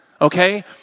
okay